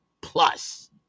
plus